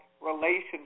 relationship